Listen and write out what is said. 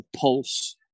pulse